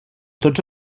tots